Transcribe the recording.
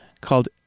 called